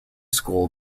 school